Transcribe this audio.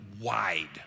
wide